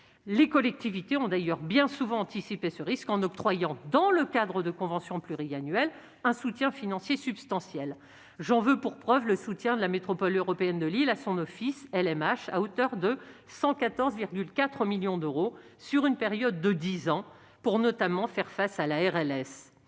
ces collectivités. Nombre d'entre elles ont anticipé ce risque, en octroyant dans le cadre de conventions pluriannuelles un soutien financier substantiel. J'en veux pour preuve le soutien de la Métropole européenne de Lille à son office, LMH : il s'élève à 114,4 millions d'euros sur une période de dix ans, notamment pour faire face à la mise